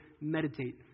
meditate